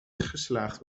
geslaagd